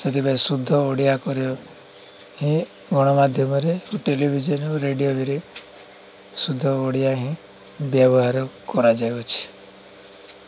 ସେଥିପାଇଁ ଶୁଦ୍ଧ ଓଡ଼ିଆ କରିବା ହିଁ ଗଣମାଧ୍ୟମରେ ଟେଲିଭିଜନ ଓ ରେଡ଼ିଓ ବି ରେ ଶୁଦ୍ଧ ଓଡ଼ିଆ ହିଁ ବ୍ୟବହାର କରାଯାଉଅଛି